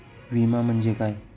विमा म्हणजे काय?